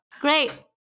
Great